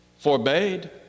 forbade